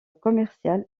commercial